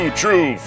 true